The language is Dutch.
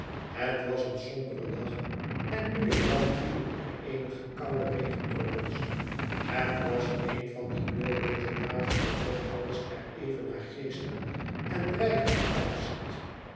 het was een sombere dag en nu en dan vielen er eenige koude regendroppels het was een van die kleurlooze dagen waarop alles er even naargeestig en dreigend uitziet